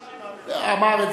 הממשלה אמרה שהיא מעבירה.